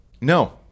No